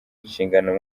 inshingano